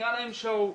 נראה להם שואו,